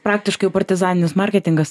praktiškai jau partizaninis marketingas